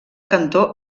cantó